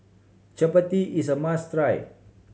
chappati is a must try